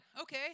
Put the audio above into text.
okay